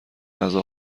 غذا